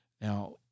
Now